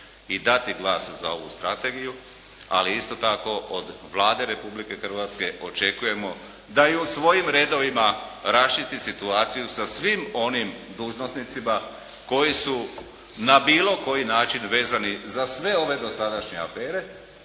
i dati glas za ovu strategiju, ali isto tako od Vlade Republike Hrvatske očekujemo da i u svojim redovima raščisti situaciju sa svim onim dužnosnicima koji su na bilo koji način vezani za sve ove dosadašnje afere,